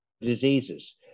diseases